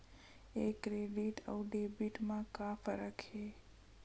ये क्रेडिट आऊ डेबिट मा का फरक है?